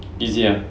easy ah